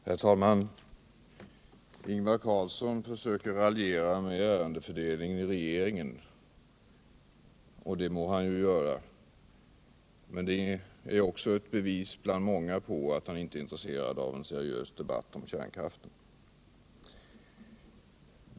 Herr talman! Ingvar Carlsson försöker raljera med ärendefördelningen i regeringen — och det må han ju göra. Men det är också ett bevis bland många på att han inte är intresserad av en seriös debatt om kärnkraften.